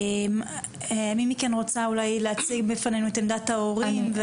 מי רוצה להציג בפנינו את עמדת ההורים?